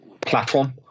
platform